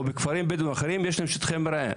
בכפרים בדואים אחרים יש להם שטחי מרעה?